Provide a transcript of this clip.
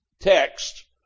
text